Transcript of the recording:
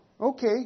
Okay